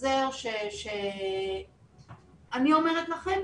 החזר שאני אומרת לכם